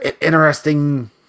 interesting